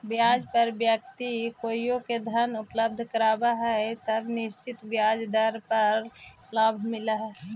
ब्याज पर व्यक्ति कोइओ के धन उपलब्ध करावऽ हई त निश्चित ब्याज दर पर लाभांश होवऽ हई